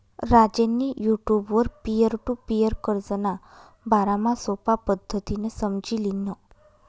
राजेंनी युटुबवर peer to peer कर्जना बारामा सोपा पद्धतीनं समझी ल्हिनं